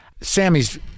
Sammy's